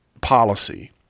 policy